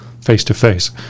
face-to-face